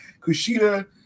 Kushida